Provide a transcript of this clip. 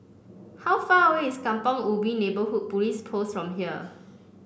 how far away is Kampong Ubi Neighbourhood Police Post from here